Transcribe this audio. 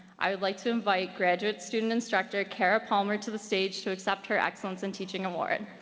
i would like to invite graduate student instructor kara palmer to the stage to accept her excellence in teaching award.